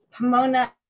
Pomona